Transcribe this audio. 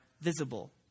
visible